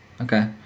Okay